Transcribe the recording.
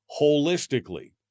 holistically